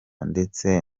ndetse